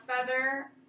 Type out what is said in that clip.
feather